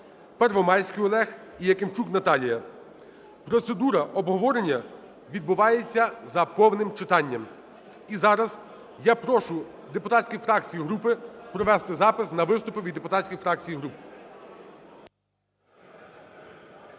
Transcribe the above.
Первомайський Олег і Якимчук Наталія. Процедура обговорення відбувається за повним читанням. І зараз я прошу депутатські фракції і групи провести запис на виступи від депутатських фракцій і груп.